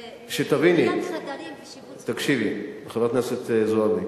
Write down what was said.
שתביני, חדרים ושיפוץ, תקשיבי, חברת הכנסת זועבי,